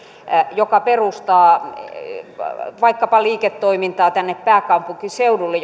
joka perustaa liiketoimintaa vaikkapa tänne pääkaupunkiseudulle